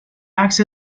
عکس